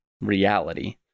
reality